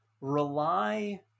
rely